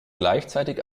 gleichzeitig